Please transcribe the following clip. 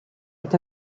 est